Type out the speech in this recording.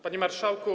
Panie Marszałku!